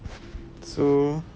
so